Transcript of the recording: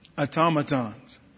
Automatons